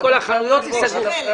שכל החנויות ייסגרו?